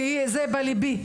כי זה בליבי.